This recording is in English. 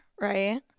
right